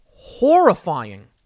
horrifying